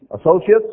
associates